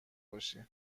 باشی